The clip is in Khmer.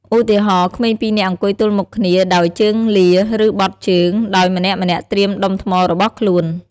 ឧទាហរណ៍ ក្មេងពីរនាក់អង្គុយទល់មុខគ្នាដោយជើងលា ឬបត់ជើង ដោយម្នាក់ៗត្រៀមដុំថ្មរបស់ខ្លួន។